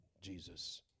Jesus